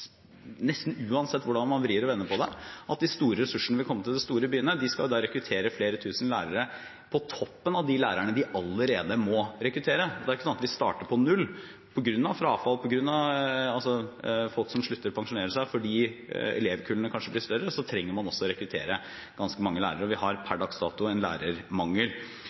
nesten uansett hvordan man vrir og vender på det, at de store ressursene vil komme til de store byene. De skal jo da rekruttere flere tusen lærere på toppen av de lærerne de allerede må rekruttere – det er ikke slik at vi starter på null. På grunn av frafall, på grunn av folk som slutter og pensjonerer seg, og fordi elevkullene kanskje blir større, trenger man også å rekruttere ganske mange lærere, og vi har per dags dato en lærermangel.